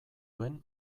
duen